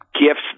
gifts